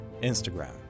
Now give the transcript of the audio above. Instagram